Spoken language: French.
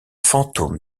fantôme